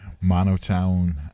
Monotone